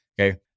okay